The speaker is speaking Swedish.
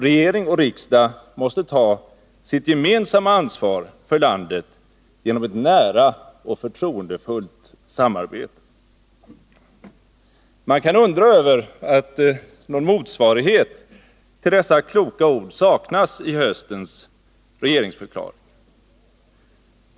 Regering och riksdag måste ta sitt gemensamma ansvar för landet genom ett nära och förtroendefullt samarbete.” Man kan undra över att någon motsvarighet till dessa kloka ord saknas i höstens regeringsförklaring.